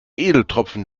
edeltropfen